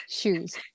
shoes